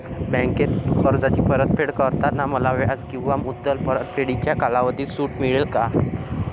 बँकेत कर्जाची परतफेड करताना मला व्याज किंवा मुद्दल परतफेडीच्या कालावधीत सूट मिळेल का?